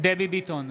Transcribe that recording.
דבי ביטון,